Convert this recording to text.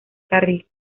carril